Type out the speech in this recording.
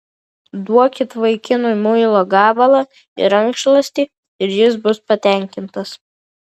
duokit vaikinui muilo gabalą ir rankšluostį ir jis bus patenkintas